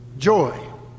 joy